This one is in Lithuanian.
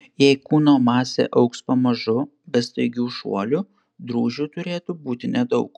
jei kūno masė augs pamažu be staigių šuolių drūžių turėtų būti nedaug